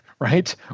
right